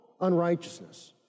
unrighteousness